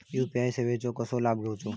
UPI सेवाचो कसो लाभ घेवचो?